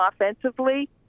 offensively